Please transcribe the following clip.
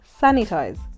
sanitize